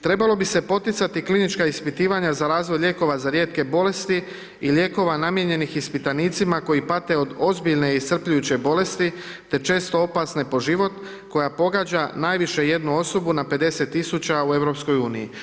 Trebalo bi se poticati klinička ispitivanja za razvoj lijekova za rijetke bolesti i lijekova namijenjenih ispitanicima koji pate od ozbiljne i iscrpljujuće bolesti te često opasne po život, koja pogađa najviše jednu osobu na 50 tisuća u EU.